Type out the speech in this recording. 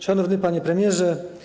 Szanowny Panie Premierze!